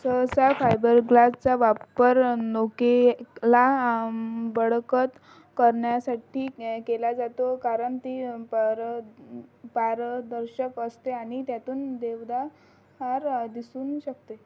सहसा फायबरग्लासचा वापर नौकेला बळकट करण्यासाठी केला जातो कारण ती पर पारदर्शक असते आणि त्यातून देवदार दिसू शकते